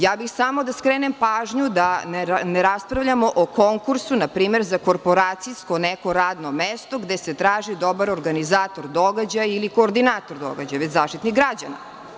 Ja bih samo da skrenem pažnju da ne raspravljamo o konkursu, npr, za korporacijsko neko radno mesto gde se traži dobar organizator, događaji ili koordinator događaja, već Zaštitnik građana.